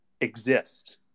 exist